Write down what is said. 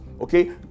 okay